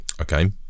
okay